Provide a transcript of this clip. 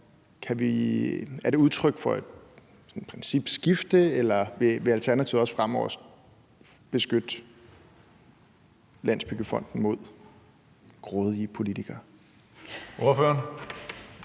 er det et udtryk for et principskifte? Eller vil Alternativet også fremover beskytte Landsbyggefonden mod grådige politikere?